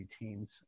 teams